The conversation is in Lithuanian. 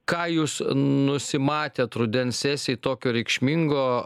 ką jūs nusimatėt rudens sesijai tokio reikšmingo